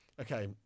okay